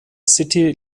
city